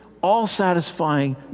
all-satisfying